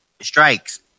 strikes